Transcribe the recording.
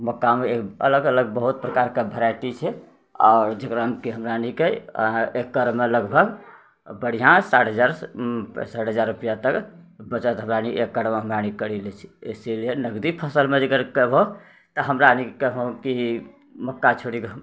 मक्कामे एक अलग अलग बहुत प्रकारके भेराइटी छै आओर जकरामे कि हमराअनीके एकड़मे लगभग बढ़िआँ साठि हजार पैँसठि हजार रुपैआ तक बचत हमराअनी एक एकड़मे हमराअनी करि लै छिए इसीलिए नगदी फसलमे जकर कहबौ तऽ हमराअनीके कहबो कि मक्का छोड़ि कऽ